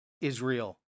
Israel